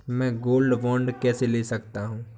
मैं gold bond कैसे ले सकता हूँ?